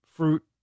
fruit